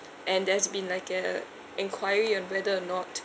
and there's been like a enquiry on whether or not